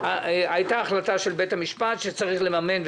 היתה החלטה של בית המשפט שאת החינוך המיוחד צריך לממן.